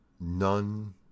none